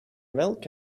milk